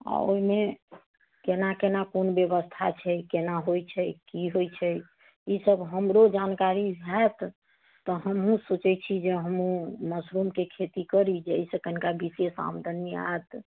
आ ओहिमे केना केना कोन व्यवस्था छै केना होइत छै की होइत छै ई सभ हमरो जानकारी होएत तऽ हमहुँ सोचैत छी जे हमहुँ मशरुमके खेती करी जे एहि से कनिका विशेष आमदनी आएत